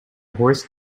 horse